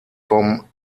vom